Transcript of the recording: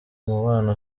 umubano